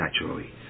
naturally